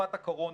מגפת הקורונה,